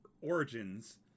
origins